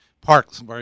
parks